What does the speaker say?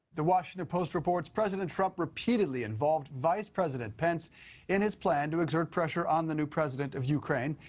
the washington post reports president trump repeatedly involved vice president pence in his plan to exert pressure on the new president of ukraine.